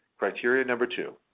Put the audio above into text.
criteria number two